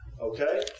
Okay